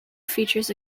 features